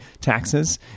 taxes